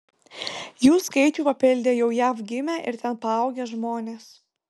jų skaičių papildė jau jav gimę ir ten paaugę žmonės